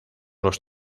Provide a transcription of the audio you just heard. los